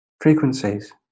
frequencies